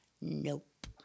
Nope